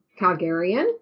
Calgarian